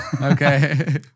okay